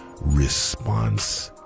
response